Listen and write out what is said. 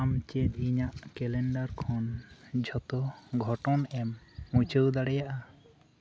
ᱟᱢ ᱪᱮᱫ ᱤᱧᱟᱜ ᱠᱮᱞᱮᱱᱰᱟᱨ ᱠᱷᱚᱱ ᱡᱷᱚᱛᱚ ᱜᱷᱚᱴᱚᱱ ᱮᱢ ᱢᱩᱪᱟ ᱣ ᱫᱟᱲᱮᱭᱟᱜ ᱟ